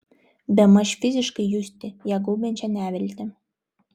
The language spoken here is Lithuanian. bemaž fiziškai justi ją gaubiančią neviltį